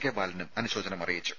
K ബാലനും അനുശോചനമറിയിച്ചു